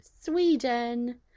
Sweden